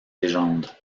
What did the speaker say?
légendes